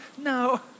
no